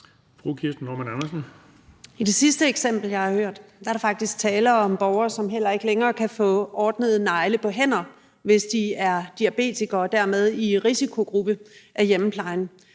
I det sidste eksempel, jeg har hørt, er der faktisk tale om borgere, som heller ikke længere kan få ordnet neglene på hænderne af hjemmeplejen, hvis de er diabetikere og dermed i risikogruppe. Og det betyder,